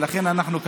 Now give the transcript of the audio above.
אנחנו,